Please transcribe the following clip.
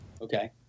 Okay